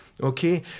okay